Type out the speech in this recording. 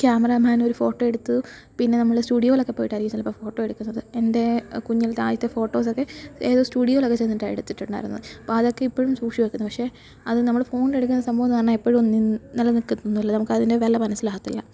camera man ഒരു photo എടുത്തു പിന്നെ നമ്മൾ സ്റ്റുഡിയോയിലൊക്കെ പോയിട്ടായിരിക്കും ചിലപ്പോൾ ഫോട്ടോ എടുക്കുന്നത് എന്റെ കുഞ്ഞിലത്തെ ആദ്യത്തെ ഫോട്ടോസൊക്കെ ഏതോ സ്റ്റുഡിയോയില് ചെന്നിട്ടാണ് എടുത്തിട്ടുണ്ടായിരുന്നത് അപ്പോൾ അതൊക്കെ ഇപ്പോഴും സൂക്ഷിച്ചു വെക്കുന്നു പക്ഷെ അത് നമ്മള് ഫോണില് എടുക്കുന്ന സംഭവം എന്നു പറഞ്ഞാൽ എപ്പോഴും നിലനിൽക്കത്തൊന്നുമില്ല നമുക്ക് അതിന്റെ വില മനസ്സിലാകത്തില്ല